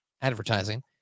advertising